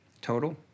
total